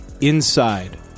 Inside